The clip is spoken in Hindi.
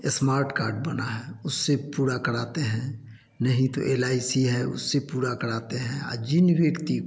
स्मार्ट कार्ड बना है उससे पूरा कराते हैं नहीं तो एल आई सी है उससे पूरा कराते हैं जिन व्यक्ति को